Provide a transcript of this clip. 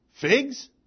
figs